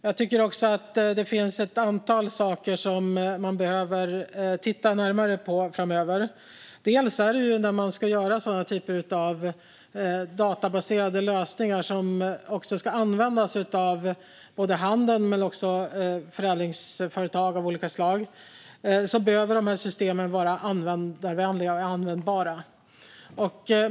Jag tycker också att det finns ett antal saker som man behöver titta närmare på framöver. När man ska göra den här typen av databaserade lösningar som ska användas av handeln men också av förädlingsföretag av olika slag behöver systemen vara användarvänliga och användbara.